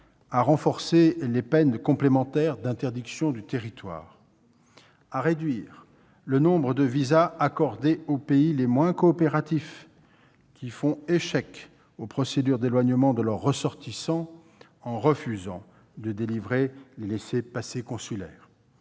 à renforcer les peines complémentaires d'interdiction du territoire, à réduire le nombre de visas accordés aux pays les moins coopératifs, qui font échec aux procédures d'éloignement de leurs ressortissants en refusant de délivrer les laissez-passer consulaires,